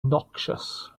noxious